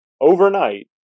overnight